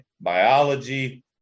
biology